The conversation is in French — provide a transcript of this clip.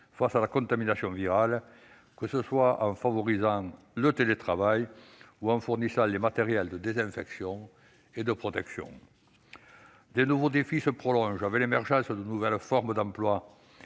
face à la contamination virale, que ce soit en favorisant le télétravail ou en fournissant des matériels de désinfection et de protection. En parallèle, d'autres défis se profilent, avec l'émergence de nouveaux types d'emplois